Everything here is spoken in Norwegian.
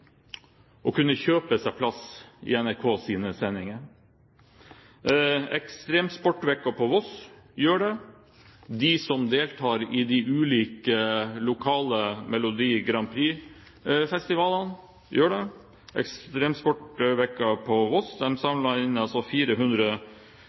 å kunne kjøpe seg plass i NRKs sendinger. Ekstremsportveko på Voss gjør det, de som deltar i de ulike lokale Melodi Grand Prix-festivalene, gjør det. Ekstremsportveko på Voss